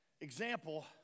example